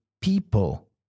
people